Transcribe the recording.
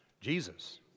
Jesus